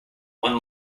one